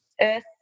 earth